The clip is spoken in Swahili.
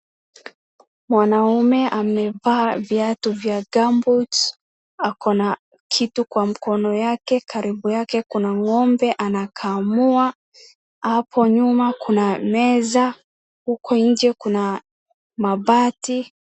Mwanaume amevaa viatu vya gumboots , ako na kitu kwa mkono yake, karibu yake kuna ng'ombe anakamua, hapo nyuma kuna meza, huko nje kuna mabati.